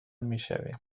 میشویم